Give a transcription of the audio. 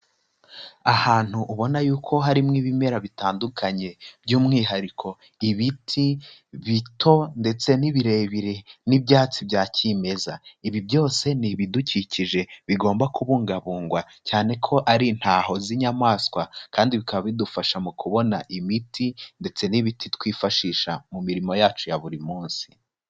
Ahantu ubona yuko harimo ibimera bitandukanye by'umwihariko ibiti bito ndetse n'ibirebire n'ibyatsi bya kimeza. Ibi byose ni ibidukikije bigomba kubungabungwa, cyane ko ari intaho z'inyamaswa kandi bikaba bidufasha mu kubona imiti ndetse n'ibiti twifashisha mu mirimo yacu ya buri munsi.